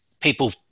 people